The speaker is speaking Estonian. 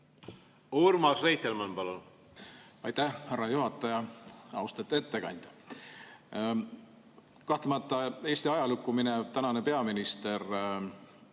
Urmas Reitelmann, palun! Aitäh, härra juhataja! Austatud ettekandja! Kahtlemata Eesti ajalukku minev tänane peaminister